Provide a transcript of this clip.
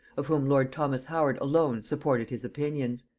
of whom lord thomas howard alone supported his opinions.